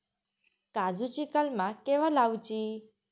काजुची कलमा केव्हा लावची?